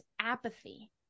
apathy